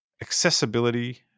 Accessibility